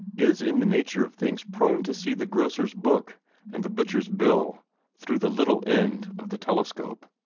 is in the nature of things prone to see the grocer's book and the butcher's bill through the little end of the telescope.